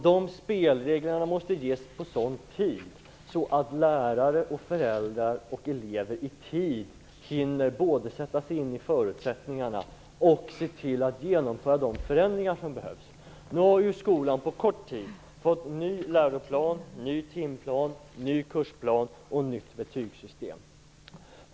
De spelreglerna måste ges i sådan tid att lärare, föräldrar och elever både hinner sätta sig in i förutsättningarna och genomföra de förändringar som behövs. Nu har skolan på kort tid fått ny läroplan, ny timplan, nya kursplaner och nytt betygssystem.